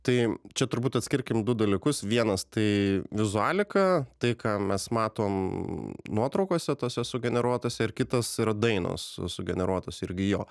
tai čia turbūt atskirkim du dalykus vienas tai vizualika tai ką mes matom nuotraukose tose sugeneruotose ir kitas yra dainos sugeneruotos irgi jo